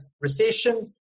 recession